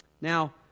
Now